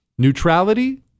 Neutrality